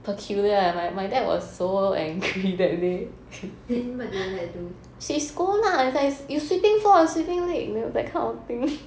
then what did your dad do